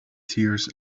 tears